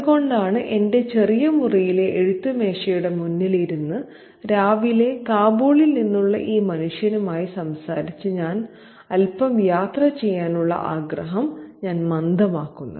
അതുകൊണ്ടാണ് എന്റെ ചെറിയ മുറിയിലെ എഴുത്ത് മേശയുടെ മുന്നിൽ ഇരുന്നു രാവിലെ കാബൂളിൽ നിന്നുള്ള ഈ മനുഷ്യനുമായി സംസാരിച്ച് അൽപ്പം യാത്ര ചെയ്യാനുള്ള ആഗ്രഹം ഞാൻ മന്ദമാക്കുന്നത്